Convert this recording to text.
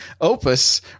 opus